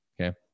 okay